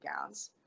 gowns